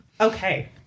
Okay